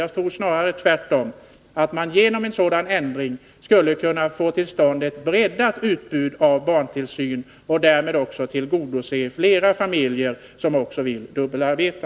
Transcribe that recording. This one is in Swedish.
Jag tror snarare att vi genom en sådan ändring skulle få till stånd ett bredare utbud av barntillsyn och att vi därmed skulle kunna tillgodose fler familjer som vill dubbelarbeta.